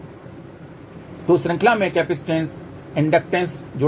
तो श्रृंखला में केपिसिटंस इंडकटैंस जोड़ा गया है